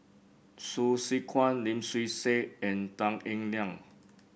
Hsu Tse Kwang Lim Swee Say and Tan Eng Liang